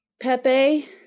pepe